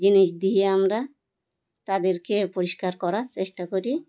জিনিস দিয়ে আমরা তাদেরকে পরিষ্কার করার চেষ্টা করি